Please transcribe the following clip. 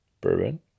bourbon